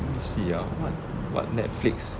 let me see ah what what Netflix